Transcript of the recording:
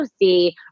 see